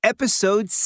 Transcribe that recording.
Episode